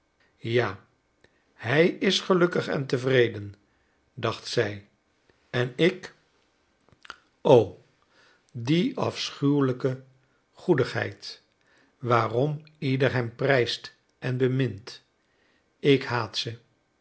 ja hij is gelukkig en tevreden dacht zij en ik o die afschuwelijke goedigheid waarom ieder hem prijst en bemint ik haat ze